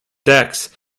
decks